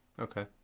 Okay